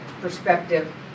perspective